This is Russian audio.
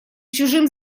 чужим